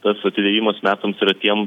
tas atidėjimas metams yra tiem